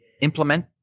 implement